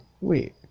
wait